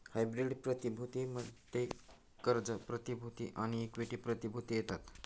hybrid प्रतिभूती मध्ये कर्ज प्रतिभूती आणि इक्विटी प्रतिभूती येतात